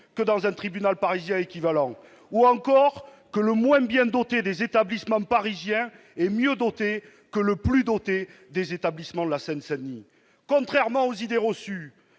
que dans un tribunal parisien équivalent. Autre exemple, le moins bien doté des établissements scolaires parisiens est mieux loti que le plus doté des établissements de la Seine-Saint-Denis. Contrairement aux idées reçues,